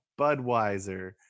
Budweiser